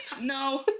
No